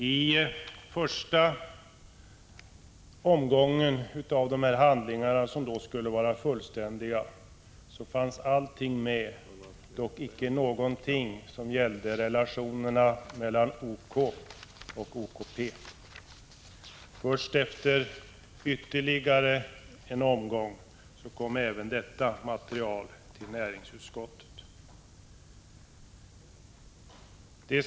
I den första omgången handlingar, som skulle var fullständiga, fanns allting med förutom informationsmaterial som gällde relationerna mellan OK och OKP. Först i samband med ytterligare en omgång handlingar presenterades även detta material för näringsutskottet.